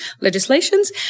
legislations